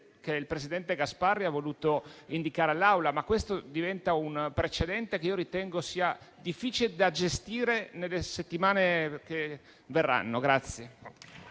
che il presidente Gasparri ha voluto indicare all'Assemblea. Ma questo diventa un precedente che io ritengo sia difficile da gestire nelle settimane che verranno.